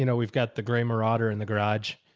you know we've got the gray marauder in the garage.